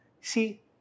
See